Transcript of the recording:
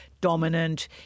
dominant